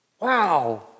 Wow